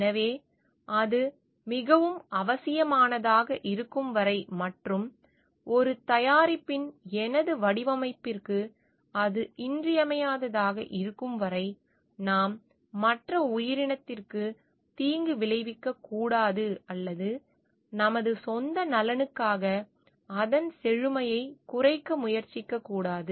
எனவே அது மிகவும் அவசியமானதாக இருக்கும் வரை மற்றும் ஒரு தயாரிப்பின் எனது வடிவமைப்பிற்கு அது இன்றியமையாததாக இருக்கும் வரை நாம் மற்ற உயிரினத்திற்கு தீங்கு விளைவிக்கக் கூடாது அல்லது நமது சொந்த நலனுக்காக அதன் செழுமையை குறைக்க முயற்சிக்கக்கூடாது